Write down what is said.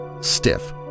stiff